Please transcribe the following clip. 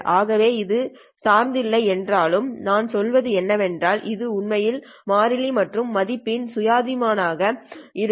ஆகவே அது சார்ந்து இல்லை என்றாலும் நாம் சொல்வது என்னவென்றால் இது உண்மையில் மாறிலி மற்றும் மதிப்பி இன் சுயாதீனமான ஆக இருக்கும்